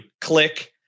click